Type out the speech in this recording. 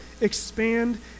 expand